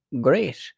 great